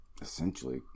essentially